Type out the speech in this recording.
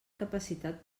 capacitat